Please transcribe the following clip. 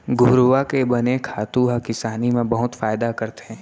घुरूवा के बने खातू ह किसानी म बहुत फायदा करथे